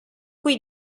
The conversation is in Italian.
qui